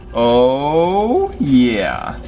oh yeah.